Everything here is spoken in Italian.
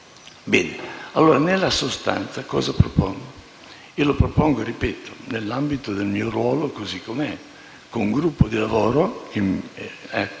Bene, nella sostanza cosa propongo? Lo propongo - ripeto - nell'ambito del mio ruolo così com'è, con un gruppo di lavoro che